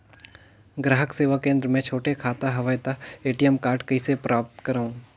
ग्राहक सेवा केंद्र मे छोटे खाता हवय त ए.टी.एम कारड कइसे प्राप्त करव?